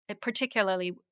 particularly